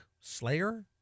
Slayer